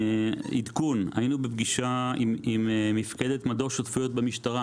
היינו בפגישה עם מפקדת מדור שותפויות במשטרה